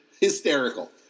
hysterical